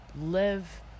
live